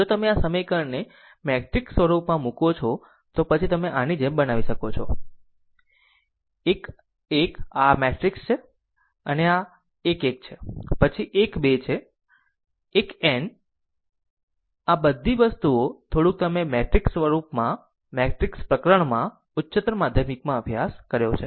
જો તમે આ સમીકરણને મેટ્રિક્સ સ્વરૂપમાં મૂકો છો તો પછી તેને આની જેમ બનાવી શકો છો કે 1 1 આ એક મેટ્રિક્સ છે આ મેટ્રિક્સ છે તે 1 1 છે પછી 1 2 છે 1n આ બધી વસ્તુઓ થોડુંક તમે મેટ્રિક્સ પ્રકરણમાં ઉચ્ચતર માધ્યમિકમાં અભ્યાસ કર્યો છે